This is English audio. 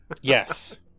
Yes